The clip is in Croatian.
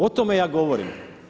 O tome ja govorim.